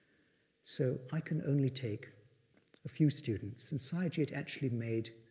so i can only take a few students. and sayagyi had actually made